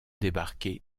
débarqués